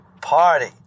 party